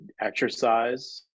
exercise